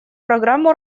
программу